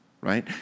right